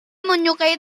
menyukai